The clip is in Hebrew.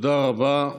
תודה רבה.